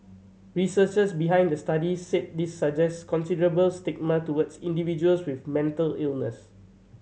researchers behind the study said this suggest considerable stigma towards individuals with mental illness